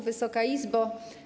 Wysoka Izbo!